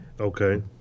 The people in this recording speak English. Okay